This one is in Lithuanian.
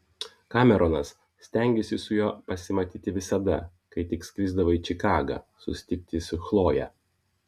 kameronas stengėsi su juo pasimatyti visada kai tik skrisdavo į čikagą susitikti su chloje